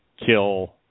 kill